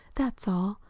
that's all.